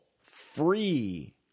free